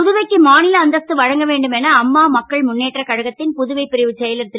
புதுவைக்கு மா ல அந்தஸ்து வழங்க வேண்டும் என அம்மா மக்கள் முன்னேற்ற கழகத் ன் புதுவைப் பிரிவுச் செயலர் ரு